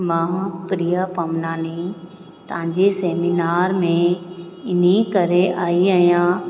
मां प्रिया पमनानी तव्हांजे सेमीनार में इन ई करे आई आहियां